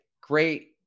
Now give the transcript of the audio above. Great